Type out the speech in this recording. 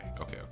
okay